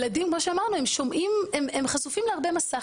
ילדים הם שומעים, הם חשופים להרבה מסך.